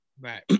right